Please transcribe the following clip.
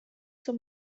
zum